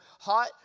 hot